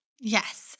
Yes